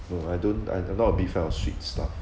no I don't I'm I'm not a big fan of sweet stuff